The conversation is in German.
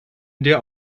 der